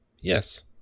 Yes